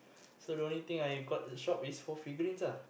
so I only thing I got shop is for figurines